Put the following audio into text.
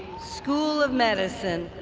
school of medicine,